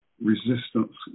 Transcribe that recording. resistance